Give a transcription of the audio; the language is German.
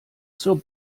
zur